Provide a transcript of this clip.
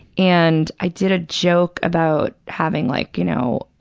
and i did a joke about having like, you know,